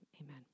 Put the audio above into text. Amen